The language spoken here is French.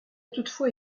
toutefois